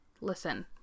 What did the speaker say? listen